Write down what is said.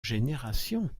générations